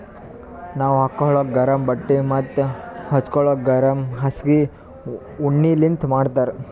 ನಾವ್ ಹಾಕೋಳಕ್ ಗರಮ್ ಬಟ್ಟಿ ಮತ್ತ್ ಹಚ್ಗೋಲಕ್ ಗರಮ್ ಹಾಸ್ಗಿ ಉಣ್ಣಿಲಿಂತ್ ಮಾಡಿರ್ತರ್